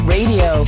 Radio